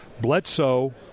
Bledsoe